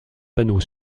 panneau